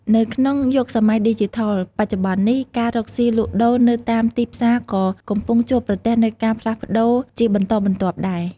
នៅក្នុងយុគសម័យឌីជីថលបច្ចុប្បន្ននេះ ការរកស៊ីលក់ដូរនៅតាមទីផ្សារក៏កំពុងជួបប្រទះនូវការផ្លាស់ប្ដូរជាបន្តបន្ទាប់ដែរ។